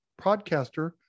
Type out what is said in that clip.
podcaster